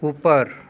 ऊपर